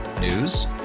News